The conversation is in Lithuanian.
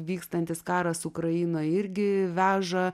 vykstantis karas ukrainoj irgi veža